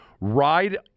ride